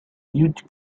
huge